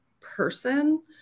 person